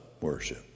worship